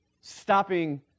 stopping